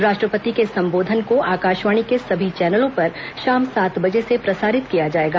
राष्ट्रपति के इस संबोधन को आकाशवाणी के सभी चैनलों पर शाम सात बजे से प्रसारित किया जाएगा